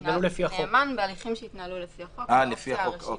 נאמן בהליכים שהתנהלו לפי החוק זו האופציה הראשונה.